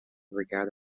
regatta